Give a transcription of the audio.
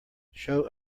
show